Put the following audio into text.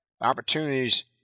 opportunities